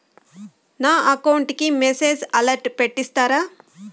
నా అకౌంట్ కి message alert పెట్టిస్తారా